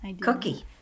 Cookie